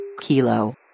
Kilo